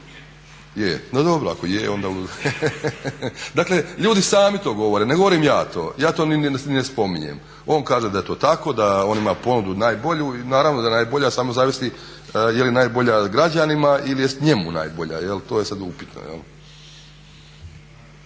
Je. No, dobro ako je, onda. Dakle ljudi sami to govore, ne govorim ja to. Ja to ni ne spominjem. On kaže da je to tako, da on ima ponudu najbolju. I naravno da je najbolja samo zavisi je li najbolja građanima ili je njemu najbolja to je sad upitno.